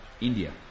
India